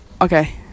okay